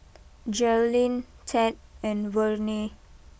Jerilyn Ted and Verne